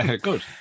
Good